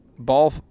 ball